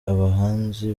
abahanzi